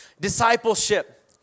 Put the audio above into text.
Discipleship